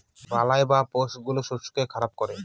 বালাই বা পেস্ট গুলো শস্যকে খারাপ করে